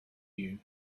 you